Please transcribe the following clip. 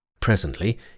Presently